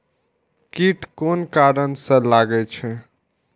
कीट कोन कारण से लागे छै?